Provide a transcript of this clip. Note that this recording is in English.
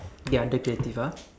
ya under creative ah